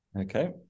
Okay